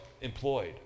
employed